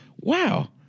Wow